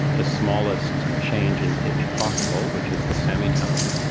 the smallest change in pitch possible, which is the semitone,